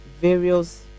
various